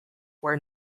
where